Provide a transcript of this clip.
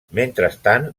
mentrestant